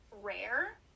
rare